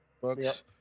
books